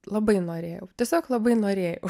labai norėjau tiesiog labai norėjau